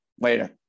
Later